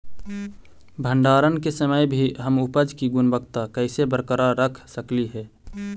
भंडारण के समय भी हम उपज की गुणवत्ता कैसे बरकरार रख सकली हे?